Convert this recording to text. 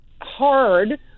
hard